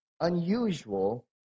unusual